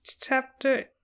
Chapter